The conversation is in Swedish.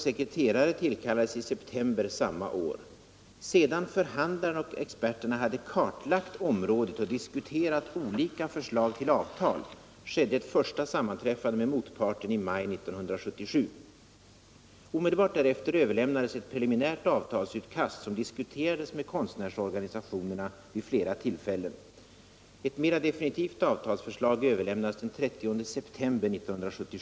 Det är alltså min principiella inställning.